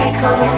Echo